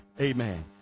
Amen